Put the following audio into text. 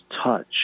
touch